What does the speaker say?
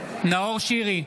שירי,